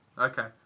Okay